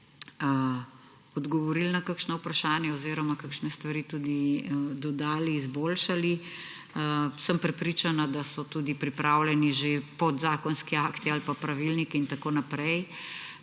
odgovorili na še kakšna vprašanja oziroma kakšne stvari tudi dodali, izboljšali. Sem prepričana, da so tudi pripravljeni že podzakonski akti ali pa pravilniki in tako naprej.